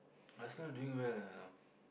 Arsenal doing well ah you know